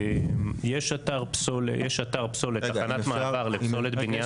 יש אתר פסולת, תחנת מעבר לפסולת בניין.